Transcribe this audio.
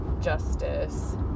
justice